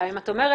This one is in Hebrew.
אלא אם את אומרת,